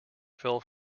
fell